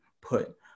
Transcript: put